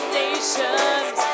nations